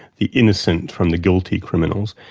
the innocent from the guilty criminals.